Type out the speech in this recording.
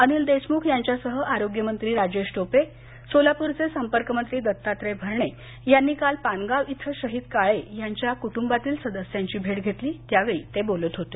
अनिल देशमुख यांच्यासह आरोग्य मंत्री राजेश टोपे सोलापूरचे संपर्क मंत्री दत्तात्रय भरणे यांनी काल पानगाव इथ शहीद काळे यांच्या कुटुंबातील सदस्यांची भेट घेतली त्यावेळी ते बोलत होते